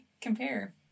compare